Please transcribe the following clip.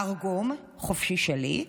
תרגום חופשי שלי: